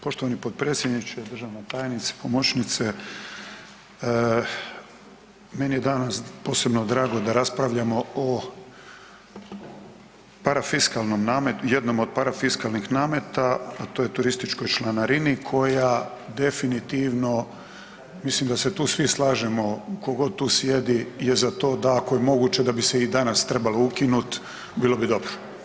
Poštovani potpredsjedniče, državni tajniče, pomoćnice, meni je danas posebno drago da raspravljamo o parafiskalnom nametu, jednom od parafiskalnih nameta, a to je turističkoj članarini koja definitivno mislim da se tu svi slažemo tko god tu sjedi je za to da ako je moguće da bi se i danas trebalo ukinut, bilo bi dobro.